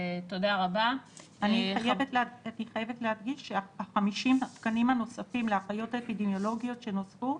אני חייבת להדגיש ש-50 התקנים הנוספים לאחיות האפידמיולוגיות שנוספו,